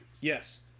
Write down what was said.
yes